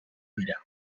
dira